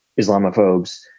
Islamophobes